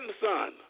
son